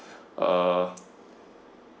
uh